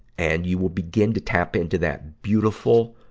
and you will begin to tap into that beautiful,